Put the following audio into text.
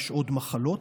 יש עוד מחלות,